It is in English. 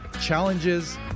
challenges